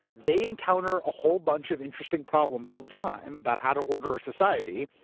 they encounter a whole bunch of interesting problems all the time, about how to order a society.